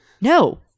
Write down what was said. no